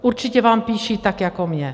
Určitě vám píší tak jako mně.